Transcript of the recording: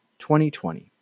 2020